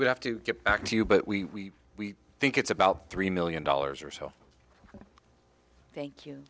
would have to get back to you but we we think it's about three million dollars or so thank you